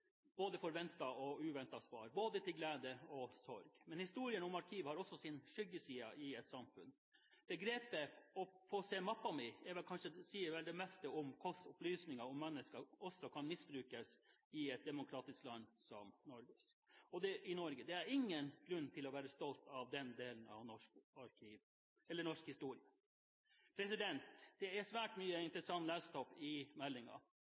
både forventede og uventede svar – både til glede og sorg. Men historien om arkiv har også sin skyggeside i et samfunn. Begrepet «å få se mappa mi» sier vel det meste om hvordan opplysninger om mennesker kan misbrukes også i et demokratisk land som Norge. Det er ingen grunn til å være stolt av den delen av norsk historie. Det er svært mye interessant lesestoff i